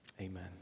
Amen